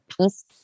peace